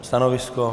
Stanovisko?